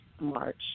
march